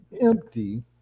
empty